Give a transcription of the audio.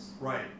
Right